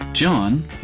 John